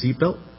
seatbelt